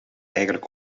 eigenlijk